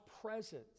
presence